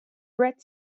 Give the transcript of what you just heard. red